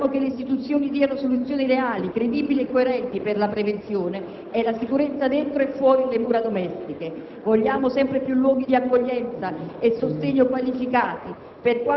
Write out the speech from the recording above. Vogliamo che le istituzioni diano soluzioni reali, credibili e coerenti per la prevenzione e la sicurezza dentro e fuori le mura domestiche. Vogliamo sempre più luoghi di accoglienza e sostegno qualificati